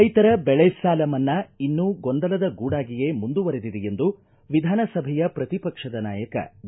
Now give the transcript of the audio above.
ರೈತರ ಬೆಳೆ ಸಾಲ ಮನ್ನಾ ಇನ್ನೂ ಗೊಂದಲದ ಗೂಡಾಗಿಯೇ ಮುಂದುವರಿದೆ ಎಂದು ವಿಧಾನಸಭೆಯ ಪ್ರತಿಪಕ್ಷದ ನಾಯಕ ಬಿ